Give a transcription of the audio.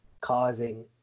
causing